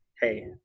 hey